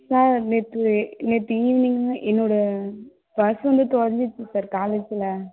sir நேற்று நேற்று evening என்னோட பர்ஸ் வந்து தொலஞ்சிருச்சு சார் காலேஜில்